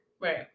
Right